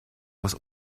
was